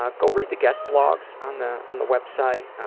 ah go read the guest blogs on the on the website,